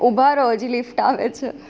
ઊભા રહો હજી લિફ્ટ આવે છે